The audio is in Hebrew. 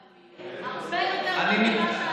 במליאה, הרבה יותר ממה שאתם הצלחתם להביא.